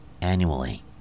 annually